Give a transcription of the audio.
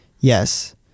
Yes